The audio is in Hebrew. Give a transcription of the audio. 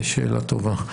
שאלה טובה.